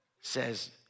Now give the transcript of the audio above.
says